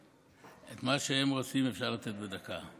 את מה שהם רוצים אפשר לתת בדקה.